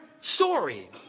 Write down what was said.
story